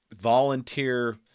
volunteer